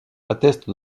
atteste